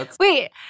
Wait